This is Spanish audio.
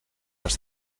las